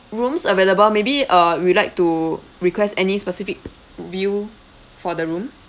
rooms available maybe uh would you like to request any specific view for the room